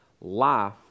life